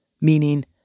meaning